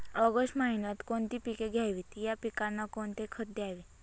August महिन्यात कोणती पिके घ्यावीत? या पिकांना कोणते खत द्यावे?